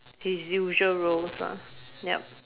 his usual roles ah yup